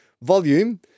volume